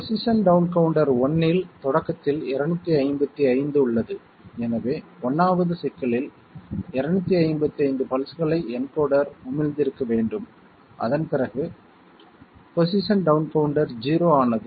position down counter 1ல் தொடக்கத்தில் 255 உள்ளது எனவே 1வது சிக்கலில் 255 பல்ஸ்களை என்கோடர் உமிழ்ந்திருக்க வேண்டும் அதன் பிறகு பொசிஷன் டவுன் கவுண்டர் 0 ஆனது